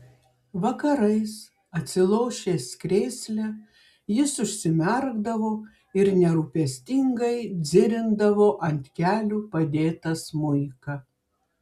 vakarais atsilošęs krėsle jis užsimerkdavo ir nerūpestingai dzirindavo ant kelių padėtą smuiką